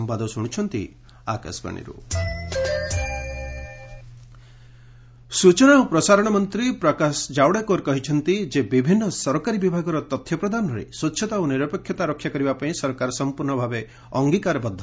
Javadekar RTI ସ୍ଚଚନା ଓ ପ୍ରସାରଣ ମନ୍ତ୍ରୀ ପ୍ରକାଶ ଜାୱୁଡେକର କହିଛନ୍ତି ଯେ ବିଭିନ୍ନ ସରକାରୀ ବିଭାଗର ତଥ୍ୟ ପ୍ରଦାନରେ ସ୍ୱଚ୍ଚତା ଓ ନିରପେକ୍ଷତା ରକ୍ଷା କରିବା ପାଇଁ ସରକାର ସମ୍ପର୍ଣ୍ଣ ଅଙ୍ଗୀକାରବଦ୍ଧ